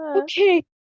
okay